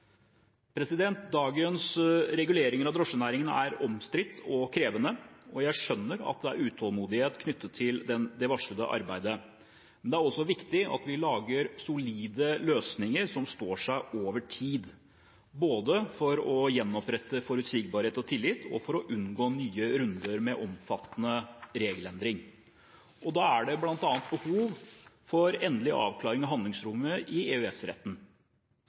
Dagens regulering av drosjenæringen er omstridt og krevende, og jeg skjønner at det er utålmodighet knyttet til det varslede arbeidet. Det er også viktig at vi lager solide løsninger som står seg over tid, både for å gjenopprette forutsigbarhet og tillit og for å unngå nye runder med omfattende regelendring. Da er det bl.a. behov for endelig avklaring av handlingsrommet i